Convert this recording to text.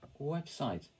website